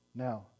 Now